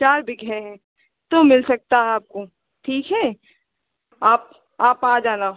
चार बीघा हैं तो मिल सकता है आपको ठीक है आप आप आ जाना